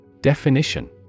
Definition